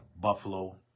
Buffalo